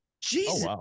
Jesus